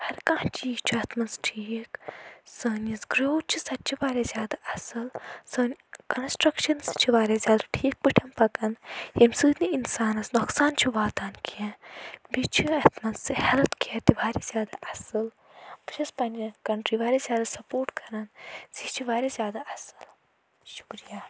ہر کانٛہہ چیٖز چھُ اتھ منٛز ٹھیٖک سٲنۍ یۄس گرٛوتھ چھِ سۄ چھِ وارِیاہ زیادٕ اصٕل سٲنۍ کنَسٹرٛکشن سۄ تہِ چھِ وارِیاہ زیادٕ ٹھیٖک پٲٹھۍ پکان ییٚمہِ سۭتۍ نہٕ اِنسانَس نۄقصان چھُ واتان کہیٖنۍ بیٚیہِ چھُ اتھ منٛز سُہ ہیٚلٕتھ کیر تہِ وارِیاہ زیادٕ اصٕل بہٕ چھیٚس پننہِ اَتھ کنٹرٛی وارِیاہ زیادٕ سپورٹ کران زِ یہِ چھِ وارِیاہ زیادٕ اصٕل شُکریہ